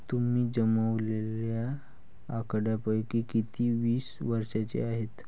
तुम्ही जमवलेल्या आकड्यांपैकी किती वीस वर्षांचे आहेत?